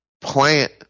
plant